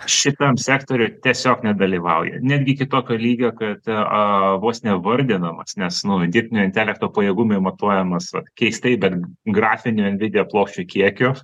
šitam sektoriui tiesiog nedalyvauja netgi iki tokio lygio kad a vos ne vardinamas nes nu dirbtinio intelekto pajėgumai matuojamas vat keistai bet grafinių en vidija plokščių kiekiu